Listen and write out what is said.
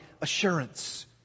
assurance